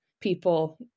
people